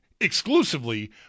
exclusively